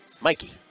Mikey